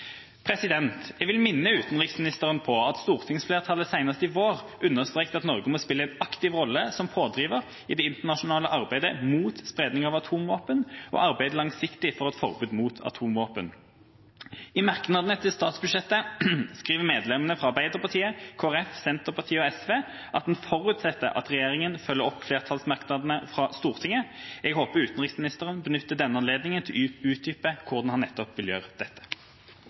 Jeg vil minne utenriksministeren på at stortingsflertallet senest i vår understreket at «Norge må spille en aktiv rolle som pådriver i det internasjonale arbeidet mot spredning av atomvåpen og arbeide langsiktig for et forbud mot slike våpen». I merknadene til statsbudsjettet skriver medlemmene fra Arbeiderpartiet, Kristelig Folkeparti, Senterpartiet og SV at en «forutsetter at regjeringen følger opp flertallsmerknader fra Stortinget». Jeg håper utenriksministeren benytter denne anledningen til å utdype hvordan han vil gjøre nettopp dette.